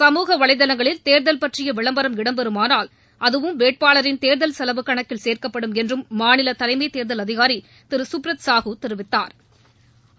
சமூக வலைதளங்களில் தேர்தல் பற்றிய விளம்பரம் இடம்பெறுமானால் அதுவும் வேட்பாளரின் தேர்தல் செலவு கணக்கில் சேர்க்கப்படும் என்றும் மாநில தலைமை தேர்தல் அதிகாரி திரு சுப்ரத் சாஹுதெரிவித்தாா்